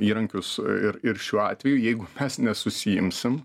įrankius ir ir šiuo atveju jeigu mes nesusiimsim